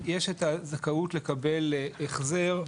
יש את הזכאות לקבל החזר,